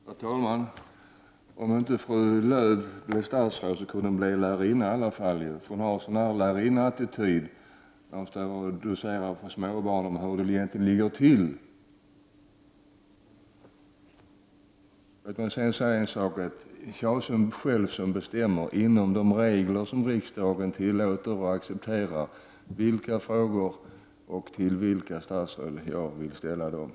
Herr talman! Om inte fru Lööw hade blivit statsråd kunde hon ha blivit lärarinna. Hon har en lärarinneattityd. Det verkar som om hon skulle stå och docera för småbarn om hur det egentligen ligger till. Låt mig sedan säga en sak: Det är jag själv som med hänsyn till regler som riksdagen tillåter och accepterar bestämmer vilka frågor jag skall ta upp och till vilka statsråd jag skall ställa dem.